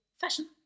fashion